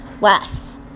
less